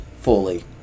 fully